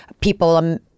people